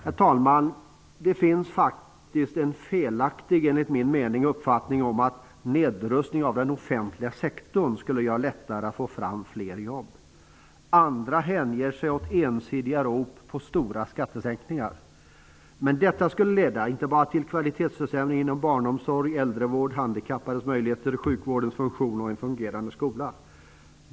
Herr talman! Det finns enligt min mening en felaktig uppfattning om att nedrustning av den offentliga sektorn skulle göra det lättare att få fram fler jobb. Andra hänger sig åt ensidiga rop på stora skattesänkningar. Men detta skulle leda till inte bara kvalitetsförsämringar inom barnomsorg, äldrevård, handikappades möjligheter, sjukvårdens funktion och en fungerande skola.